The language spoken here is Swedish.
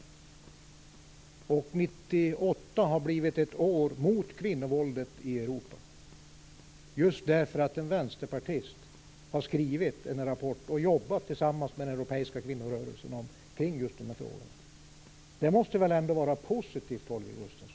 1998 har blivit ett år mot kvinnovåldet i Europa just därför att en vänsterpartist har skrivit en rapport och jobbat tillsammans med den europeiska kvinnorörelsen omkring just dessa frågor. Det måste väl ändå vara positivt, Holger Gustafsson.